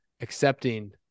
accepting